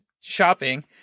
shopping